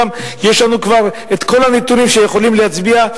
גם יש לנו כל הנתונים שיכולים להצביע,